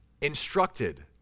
instructed